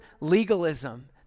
legalism